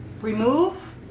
remove